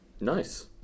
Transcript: Nice